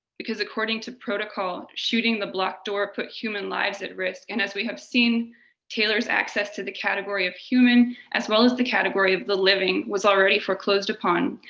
because according to protocol, shooting the blocked door put human lives at risk. and as we have seen taylor's access to the category of human as well as the category of the living was already foreclosed upon,